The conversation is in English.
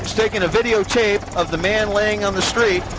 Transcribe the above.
taking a videotape of the man laying on the street,